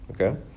okay